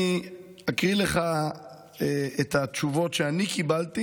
אני אקריא לך את התשובות שאני קיבלתי,